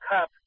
Cup